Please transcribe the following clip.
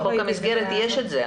בחוק המסגרת יש את זה.